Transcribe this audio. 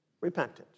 repentance